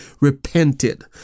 repented